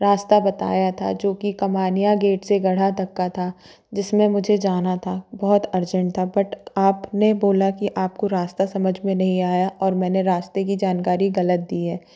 रास्ता बताया था जो कि कमानिया गेट से गढ़ा तक का था जिसमें मुझे जाना था बहुत अर्जेंट था बट आपने बोला कि आपको रास्ता समझ में नहीं आया और मैंने रास्ते की जानकारी गलत दी है